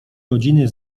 rodziny